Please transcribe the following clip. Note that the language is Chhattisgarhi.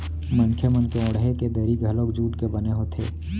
मनखे मन के ओड़हे के दरी घलोक जूट के बने होथे